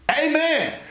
Amen